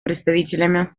представителями